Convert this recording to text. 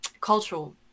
cultural